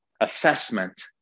assessment